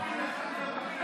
בכנסת.